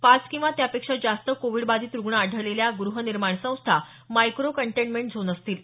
पाच किंवा त्यापेक्षा जास्त कोविड बाधित रुग्ण आढळलेल्या गृहनिर्माण संस्था मायक्रो कंटेन्टमेंट झोन असतील